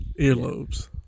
Earlobes